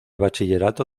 bachillerato